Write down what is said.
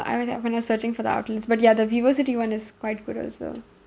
I read that when I searching for the outlets but ya the vivocity one is quite good also